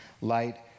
light